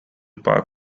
park